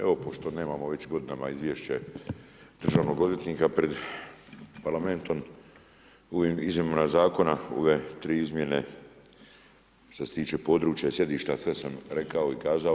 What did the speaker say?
Evo, pošto nemamo već godinama izvješće državnog odvjetnika pred parlamentom, u ovim izmjenama zakona ove tri izmjene što se tiče područja i sjedišta sve sam rekao i kazao.